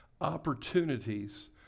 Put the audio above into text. Opportunities